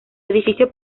edificio